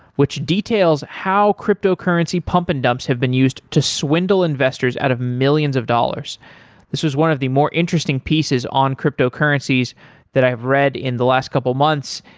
which details how cryptocurrency pump and dumps have been used to swindle investors at a millions of dollars this was one of the more interesting pieces on cryptocurrencies that i have read in the last couple months,